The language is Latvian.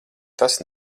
tas